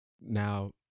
Now